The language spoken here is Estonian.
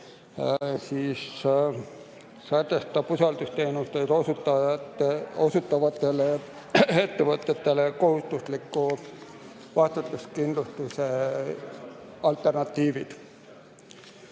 sätestab usaldusteenust osutavatele ettevõtetele kohustusliku vastutuskindlustuse alternatiivid.